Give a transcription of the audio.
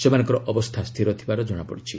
ସେମାନଙ୍କର ଅବସ୍ଥା ସ୍ଥିର ଥିବାର ଜଣାପଡ଼ିଛି